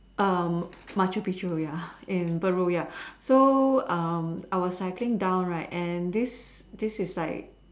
um Machu-Picchu ya in Peru ya so I was cycling down right and this this is like